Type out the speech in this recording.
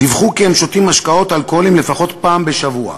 דיווחו כי הם שותים משקאות אלכוהוליים לפחות פעם בשבוע,